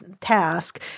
task